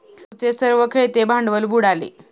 रघूचे सर्व खेळते भांडवल बुडाले